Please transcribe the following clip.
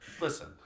Listen